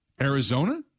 Arizona